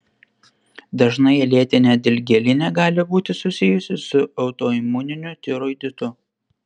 dažnai lėtinė dilgėlinė gali būti susijusi su autoimuniniu tiroiditu